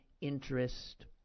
interest